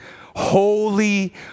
holy